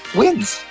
wins